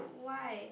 why